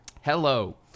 Hello